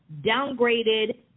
downgraded